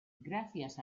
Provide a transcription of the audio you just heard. gracias